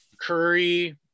Curry